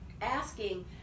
asking